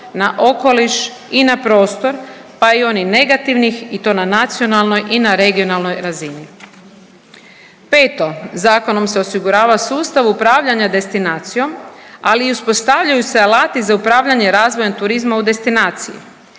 na okoliš i na prostor, pa i onih negativnih i to na nacionalnoj i na regionalnoj razini. Peto, zakonom se osigurava sustav upravljanja destinacijom, ali i uspostavljaju se alati za upravljanje razvojem turizma u destinaciji.